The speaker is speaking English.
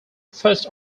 first